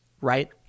right